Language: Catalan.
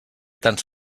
tants